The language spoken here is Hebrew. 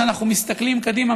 כשאנחנו מסתכלים קדימה,